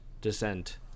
descent